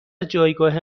جایگاه